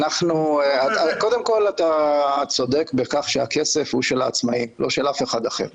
אתה צודק בכך שהכסף הוא של העצמאי ולא של אף אחד אחר.